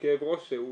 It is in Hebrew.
והם